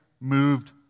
moved